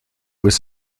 was